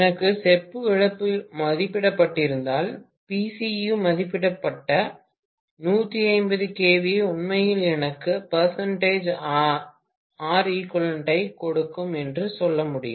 எனக்கு செப்பு இழப்பு மதிப்பிடப்பட்டிருந்தால் Pcu மதிப்பிடப்பட்ட 150KVA உண்மையில் எனக்கு Req ஐக் கொடுக்கும் என்று சொல்ல வேண்டும்